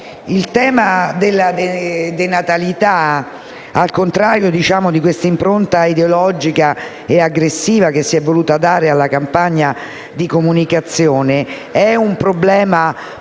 Il tema della denatalità, al contrario dell'impronta ideologica e aggressiva che si è voluta dare alla campagna di comunicazione, è molto serio.